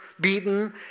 beaten